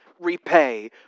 repay